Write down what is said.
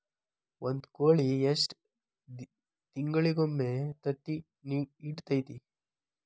ಒಂದ್ ಕೋಳಿ ಎಷ್ಟ ತಿಂಗಳಿಗೊಮ್ಮೆ ತತ್ತಿ ಇಡತೈತಿ?